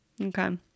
okay